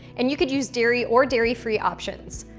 and you could use dairy or dairy-free options.